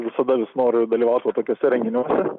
visada vis noriu dalyvaut va tokiuose renginiuose